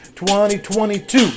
2022